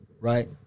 Right